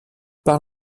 par